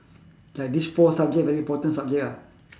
like these four subject very important subject ah